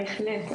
בהחלט.